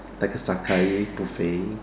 like Sakae buffet